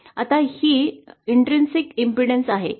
आता ही आंतरिक बाधा आहे